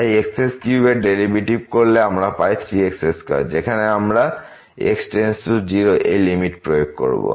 তাই x3 এর derivative করলে আমরা পাব 3 x2 যেখানে আমরা x→0 এই লিমিট প্রয়োগ করব